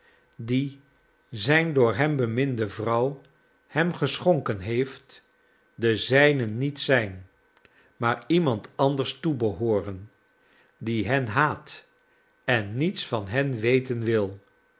die zijn door hem beminde vrouw hem geschonken heeft de zijnen niet zijn maar iemand anders toebehooren die hen haat en niets van hen weten wil